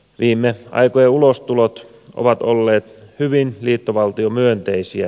viime aikojen ulostulot ovat olleet hyvin liittovaltiomyönteisiä